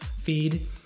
feed